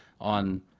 on